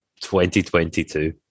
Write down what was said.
2022